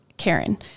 Karen